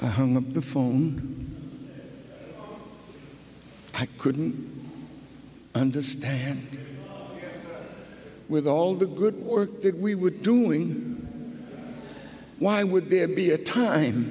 hung up the phone i couldn't understand with all the good work that we would doing why would there be a time